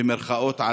במירכאות,